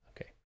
Okay